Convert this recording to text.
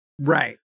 Right